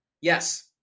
Yes